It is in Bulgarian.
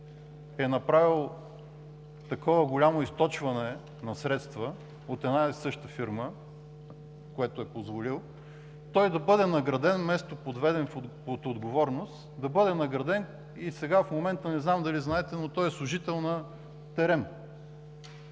е направил такова голямо източване на средства от една и съща фирма, което е позволил, вместо подведен под отговорност да бъде награден и сега, не знам дали знаете, но в момента е служител на ТЕРЕМ,